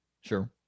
Sure